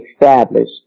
established